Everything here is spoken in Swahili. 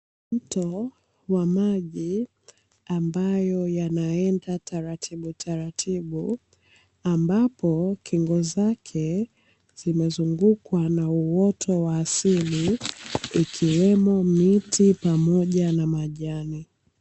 Mto wa maji ambayo yanaenda taratibu taratibu, ambapo kingo zake zimezungukwa na uwoto wa asili ikiwemo miti pamoja na majani.